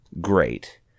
great